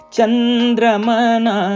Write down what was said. Chandramana